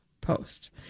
post